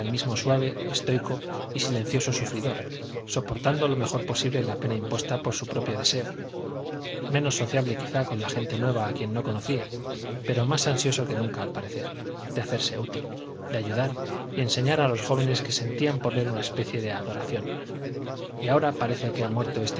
mismo suave estoico y silencioso sufridor soportando lo mejor posible la pena impuesta por su propio deseo menos sociable quizá con la gente nueva a quien no conocía pero más ansioso que nunca al parecer de hacerse util de ayudar y enseñar a los jóvenes que sentían por él una especie de adoración y ahora parece que ha muerto este